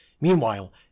Meanwhile